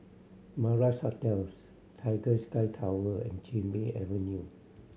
Madras Hotels Tiger Sky Tower and Chin Bee Avenue